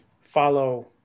follow